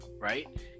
right